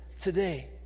today